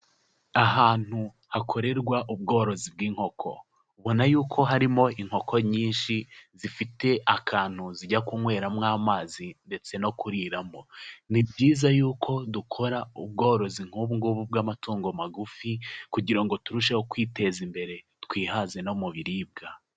Ahantu hakorerwa ubworozi bw'inkoko, ubona yuko harimo inkoko nyinshi zifite akantu zijya kunyweramo amazi ndetse no kuriramo, ni byiza yuko dukora ubworozi nk'ubu ngubu bw'amatungo magufi, kugira ngo turusheho kwiteza imbere twihaze no mu biribwa.